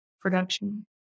production